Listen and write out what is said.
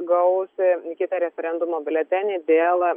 gaus kitą referendumo biuletenį dėl